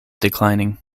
declining